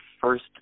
first